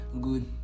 good